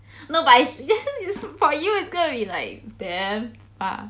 no but is for you is gonna be like damn far